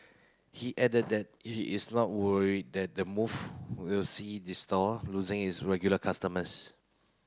he added that he is not worried that the move will see the store losing its regular customers